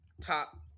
top